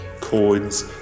coins